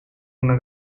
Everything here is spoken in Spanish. una